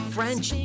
French